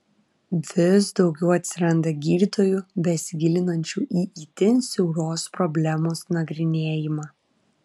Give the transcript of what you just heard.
vis daugiau atsiranda gydytojų besigilinančių į itin siauros problemos nagrinėjimą